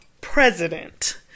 president